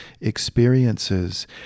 experiences